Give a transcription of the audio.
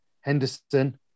Henderson